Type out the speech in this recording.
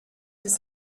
ist